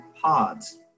PODs